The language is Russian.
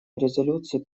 резолюции